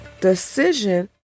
decision